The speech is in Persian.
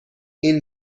این